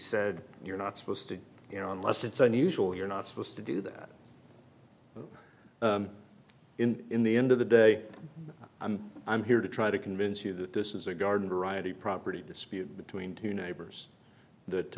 said you're not supposed to you know unless it's unusual you're not supposed to do that in the end of the day i'm i'm here to try to convince you that this is a garden variety property dispute between two neighbors th